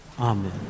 Amen